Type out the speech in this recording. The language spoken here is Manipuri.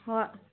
ꯍꯣꯏ